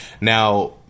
Now